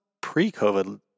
pre-COVID